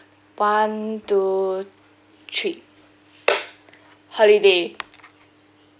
one two three holiday